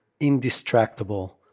Indistractable